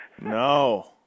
No